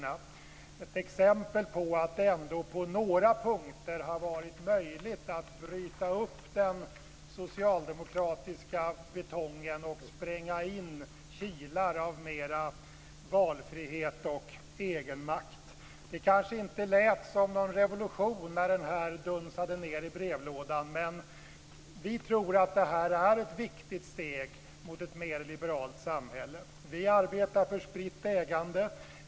Det är ett exempel på att det ändå på några punkter har varit möjligt att bryta upp den socialdemokratiska betongen och spränga in kilar av mera valfrihet och egenmakt. Det kändes kanske inte som någon revolution när det här valpaketet dunsade ned i brevlådan, men vi tror att detta här är ett viktigt steg mot ett mer liberalt samhälle. Vi arbetar för spritt ägande.